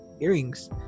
earrings